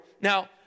Now